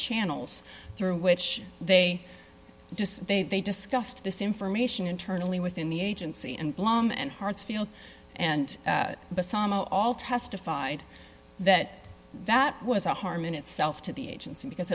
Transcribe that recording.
channels through which they just they they discussed this information internally within the agency and blong and hartsfield and all testified that that was a harm in itself to the agency because